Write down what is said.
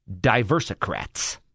diversocrats